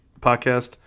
podcast